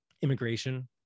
immigration